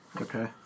Okay